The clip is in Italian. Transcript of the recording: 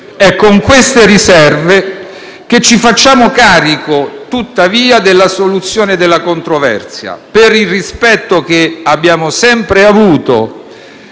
È con queste riserve che ci facciamo carico, tuttavia, della soluzione della controversia, per il rispetto che abbiamo sempre avuto